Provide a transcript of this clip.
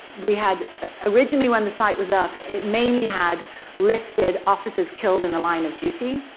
we had, ah originally, when the site was up, it mainly had listed officers killed in the line of duty.